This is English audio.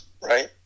right